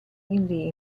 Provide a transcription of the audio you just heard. quindi